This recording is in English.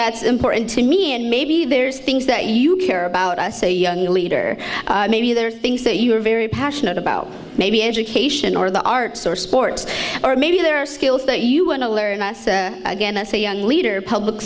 that's important to me and maybe there's things that you care about us a younger leader maybe there are things that you are very passionate about maybe education or the arts or sports or maybe there are skills that you want to learn again as a young leader public